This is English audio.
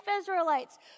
Israelites